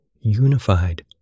unified